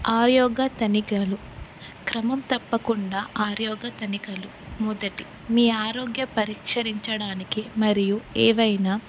ఆరోగ్య తూనికలు క్రమం తప్పకుండా ఆరోగ్య తూనికలు మొదటి మీ ఆరోగ్య పరిరక్షించడానికి మరియు ఏవైనా